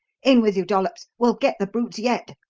in with you, dollops! we'll get the brutes yet!